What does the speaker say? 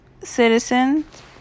citizens